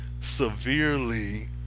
severely